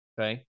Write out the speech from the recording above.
Okay